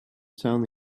town